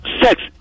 sex